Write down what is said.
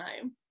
time